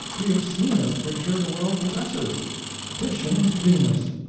the obscenest picture the world possesses titian's venus.